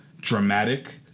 dramatic